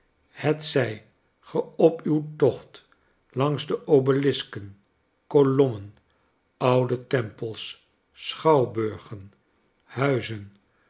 hetzij ge op uw tocht langs de obelisken kolommen oude tempels schouwburgen huizen